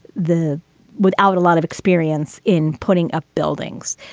the without a lot of experience in putting up buildings.